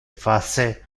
face